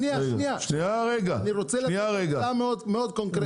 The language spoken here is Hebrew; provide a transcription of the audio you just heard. אני רוצה להעלות נקודה מאוד קונקרטית.